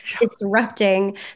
disrupting